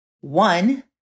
One